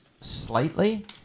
slightly